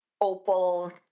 opal